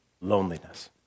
loneliness